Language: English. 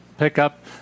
pickup